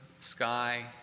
sky